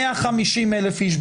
150 אלף איש,